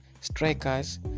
strikers